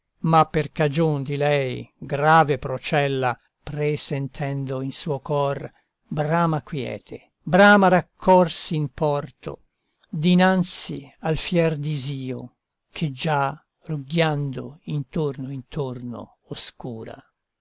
ma per cagion di lei grave procella presentendo in suo cor brama quiete brama raccorsi in porto dinanzi al fier disio che già rugghiando intorno intorno oscura